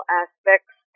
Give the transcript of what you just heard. aspects